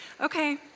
Okay